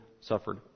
suffered